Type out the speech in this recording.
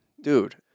Dude